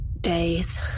Days